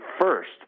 first